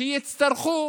שיצטרכו